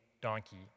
donkey